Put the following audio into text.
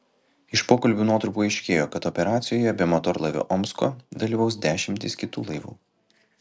iš pokalbių nuotrupų aiškėjo kad operacijoje be motorlaivio omsko dalyvaus dešimtys kitų laivų